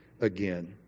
again